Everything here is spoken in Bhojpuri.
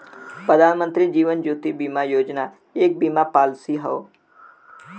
प्रधानमंत्री जीवन ज्योति बीमा योजना एक बीमा पॉलिसी हौ